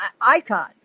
icon